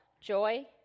joy